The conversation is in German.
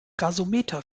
gasometer